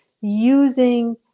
using